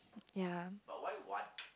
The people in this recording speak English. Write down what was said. ya